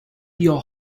your